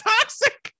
toxic